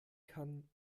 kann